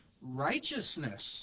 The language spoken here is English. righteousness